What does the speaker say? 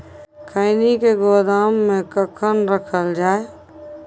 खैनी के गोदाम में कखन रखल जाय?